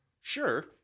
Sure